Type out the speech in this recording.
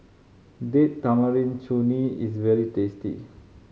Date Tamarind Chutney is very tasty